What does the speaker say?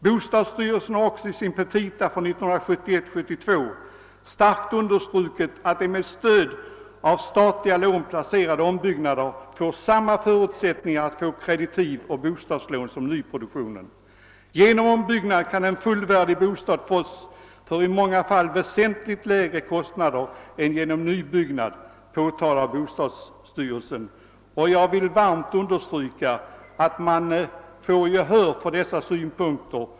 Bostadsstyrelsen har också i sina petita för 1971/72 starkt understrukit att med stöd av statliga lån placerade ombyggnader får samma förutsättningar att få kreditiv och bostadslån som nyproduktionen. Genom ombyggnaden kan en fullvärdig byggnad fås för i många fall väsentligt lägre kostnader än genom nybyggnad, påpekar bostadsstyrelsen. Jag vill varmt understryka att man bör få gehör för dessa synpunkter.